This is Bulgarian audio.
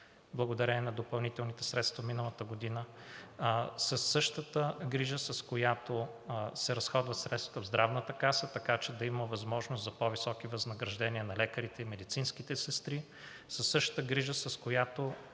благодарение на допълнителните средства миналата година. Със същата грижа, с която се разходват средствата в здравната каса, така че да има възможност за по-високи възнаграждения на лекарите и медицинските сестри. Със същата грижа, с която